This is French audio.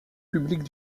publique